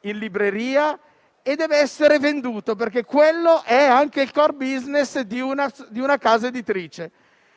in libreria e deve essere venduto, perché quello è il *core business* di una casa editrice.